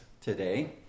today